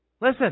Listen